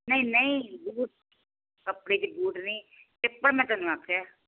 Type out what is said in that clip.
ਨਹੀਂ ਨਹੀਂ ਕੱਪੜੇ ਦੇ ਬੂਟ ਨਹੀਂ ਚੱਪਲ ਮੈਂ ਤੈਨੂੰ ਆਖਿਆ